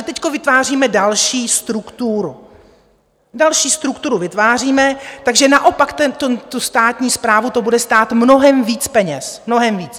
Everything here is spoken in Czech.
Teď vytváříme další strukturu, další strukturu vytváříme, takže naopak státní správu to bude stát mnohem víc peněz, mnohem víc.